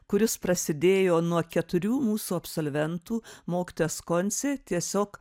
kuris prasidėjo nuo keturių mūsų absolventų mokytojas konsi tiesiog